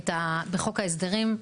בחוק ההסדרים,